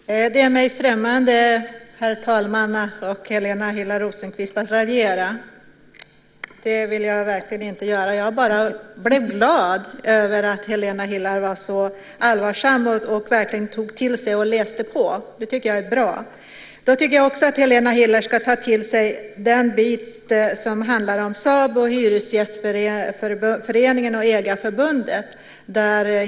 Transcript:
Herr talman! Det är mig främmande, Helena Hillar Rosenqvist, att raljera. Det vill jag verkligen inte göra. Jag blev bara glad över att Helena Hillar Rosenqvist var så allvarsam och verkligen tog till sig saker och ting och läste på. Det tycker jag är bra. Då tycker jag att Helena Hillar Rosenqvist också ska ta till sig det som handlar om SABO, Hyresgästföreningen och Fastighetsägareföreningen.